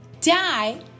die